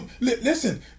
Listen